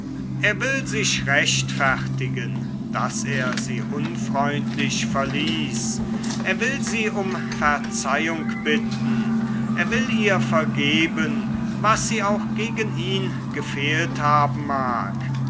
er will sich rechtfertigen daß er sie unfreundlich verließ er will sie um verzeihung bitten er will ihr vergeben was sie auch gegen ihn gefehlt haben mag